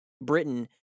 Britain